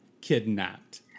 kidnapped